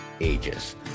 Ages